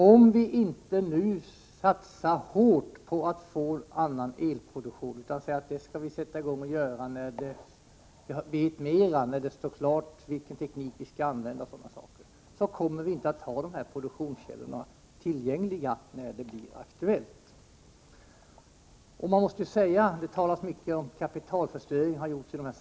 Om vi inte nu satsar hårt på att få en annan elproduktion utan säger att vi skall börja med det när vi vet mer och när det står klart vilken teknik vi skall använda, så kommer vi inte att ha dessa produktionskällor tillgängliga när det blir aktuellt. Det har i dessa sammanhang talats mycket om kapitalförstöring.